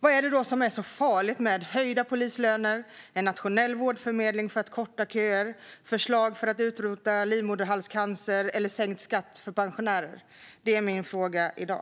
Vad är det då som är så farligt med höjda polislöner, en nationell vårdförmedling för att korta köer, förslag för att utrota livmoderhalscancer eller förslag om sänkt skatt för pensionärer? Det är min fråga i dag.